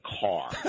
Car